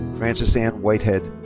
frances ann whitehead.